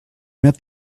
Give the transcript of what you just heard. met